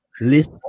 list